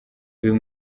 uyu